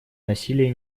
насилие